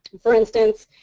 for instance,